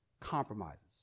compromises